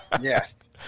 yes